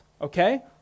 okay